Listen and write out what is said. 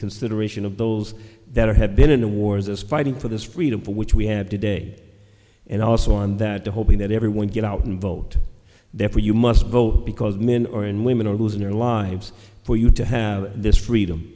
consideration of those that have been in the wars as fighting for this freedom for which we have today and also on that day hoping that everyone get out and vote therefore you must vote because men or and women are losing their lives for you to have this freedom